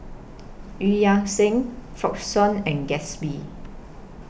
EU Yan Sang Frixion and Gatsby